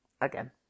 again